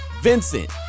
Vincent